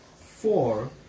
Four